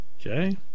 Okay